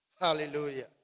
Hallelujah